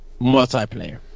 multiplayer